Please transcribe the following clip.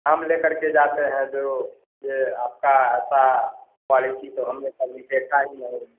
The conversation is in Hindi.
नाम ले करके जाते हैं जो यह आपकी ऐसी क्वालिटी तो हमने कभी देखी ही नहीं